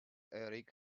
erik